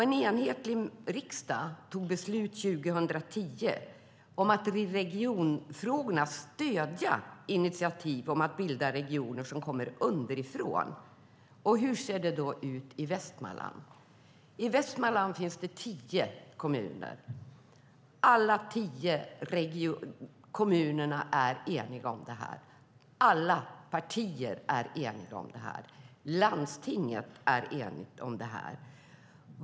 En enig riksdag tog 2010 beslut om att i regionfrågorna stödja initiativ om att bilda regioner som kommer underifrån. Hur ser det då ut i Västmanland? I Västmanland finns det tio kommuner. Alla tio kommunerna är eniga om det här. Alla partier är eniga om det här. Landstinget är enigt om det här.